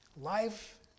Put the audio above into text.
life